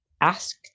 ask